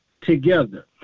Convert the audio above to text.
together